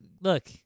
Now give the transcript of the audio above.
look